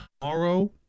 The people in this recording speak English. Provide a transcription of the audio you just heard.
Tomorrow